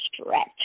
stretch